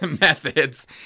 methods